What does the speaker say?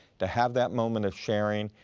to have that moment of sharing,